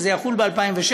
שזה יחול ב-2016,